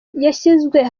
yashyizwe